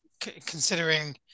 considering